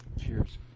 Cheers